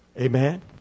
Amen